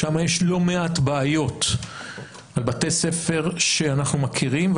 שם יש לא מעט בעיות על בתי ספר שאנחנו מכירים,